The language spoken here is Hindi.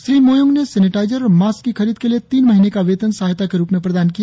श्री मोयोंग से सेनेटाइजर और मास्क की खरीद के लिए तीन महीने का वेतन सहायता के रुप में प्रदान किया